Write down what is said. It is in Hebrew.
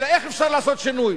אלא איך אפשר לעשות שינוי?